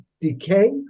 decay